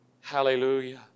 Hallelujah